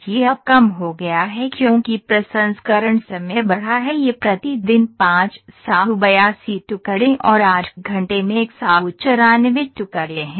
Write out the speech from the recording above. यह अब कम हो गया है क्योंकि प्रसंस्करण समय बढ़ा है यह प्रति दिन 582 टुकड़े और 8 घंटे में 194 टुकड़े है